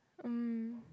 mm